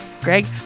Greg